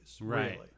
Right